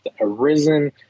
arisen